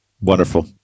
wonderful